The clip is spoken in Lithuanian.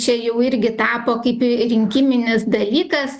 čia jau irgi tapo kaip rinkiminis dalykas